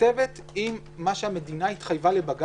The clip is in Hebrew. מתכתב עם מה שהמדינה התחייבה לבג"ץ,